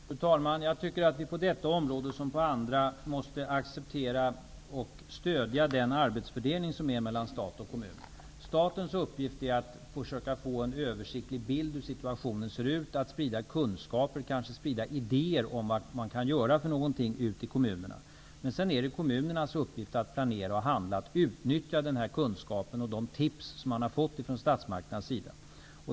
Fru talman! Jag tycker att vi på detta område som på andra måste acceptera och stödja den arbetsfördelning som finns mellan stat och kommun. Statens uppgift är att försöka få en översiktlig bild av hur situationen är, att sprida kunskap och sprida idéer om vad man kan göra för någonting ute i kommunerna. Sedan är det kommunernas uppgift att planera, handla och utnyttja den här kunskapen och de tips som de har fått från statsmakternas sida.